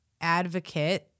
advocate